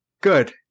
Good